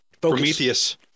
Prometheus